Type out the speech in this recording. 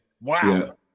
wow